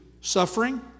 suffering